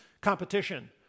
competition